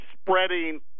spreading